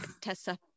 tessa